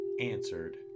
answered